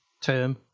term